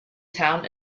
town